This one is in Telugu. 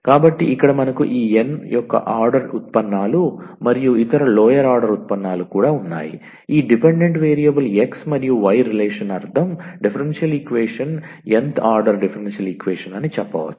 కాబట్టి ఇక్కడ మనకు ఈ n వ ఆర్డర్ ఉత్పన్నాలు మరియు ఇతర లోయర్ ఆర్డర్ ఉత్పన్నాలు కూడా ఉన్నాయి ఈ డిపెండెంట్ వేరియబుల్ x మరియు y రిలేషన్ అర్ధం డిఫరెన్షియల్ ఈక్వేషన్ n వ ఆర్డర్ డిఫరెన్షియల్ ఈక్వేషన్ అని చెప్పవచ్చు